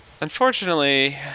Unfortunately